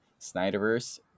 Snyderverse